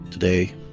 Today